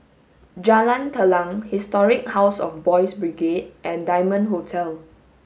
Jalan Telang Historic House of Boys' Brigade and Diamond Hotel